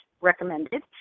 recommended